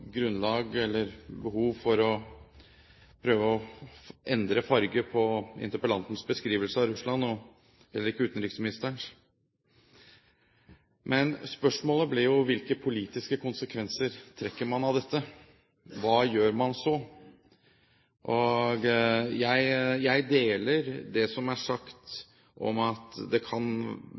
grunnlag for eller behov for å prøve endre farge på interpellantens beskrivelse av Russland – og heller ikke utenriksministerens. Men spørsmålet blir jo: Hvilke politiske konsekvenser trekker man av dette? Hva gjør man så? Jeg deler det som er sagt om at den støtten vi gir i forhold til sivilt samfunn, kan